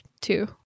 two